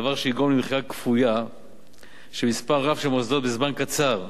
דבר שיגרום למכירה כפויה של מספר רב של מוסדות בזמן קצר,